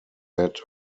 that